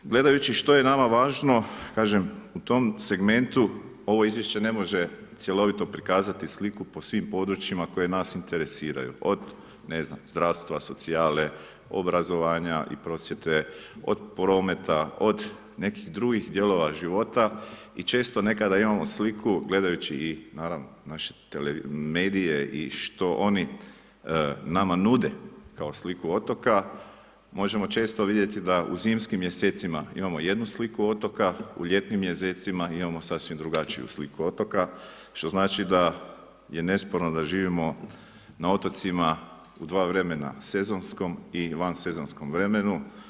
Gledajući što je nama važno, kažem u tom segmentu ovo izvješće ne može cjelovito prikazati sliku po svim područjima koje nas interesiraju od zdravstva, socijale, obrazovanja i prosvjete, od prometa, od nekih drugih dijelova života i često nekada imamo sliku gledajući i naravno naše medije i što oni nama nude kao sliku otoka, možemo često vidjeti da u zimskim mjesecima imamo jednu sliku otoka, u ljetnim mjesecima imamo sasvim drugačiju sliku otoka što znači da je nesporno da živimo na otocima u dva vremena, sezonskom i vansezonskom vremenu.